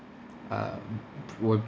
um p~ would